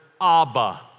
Abba